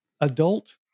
adult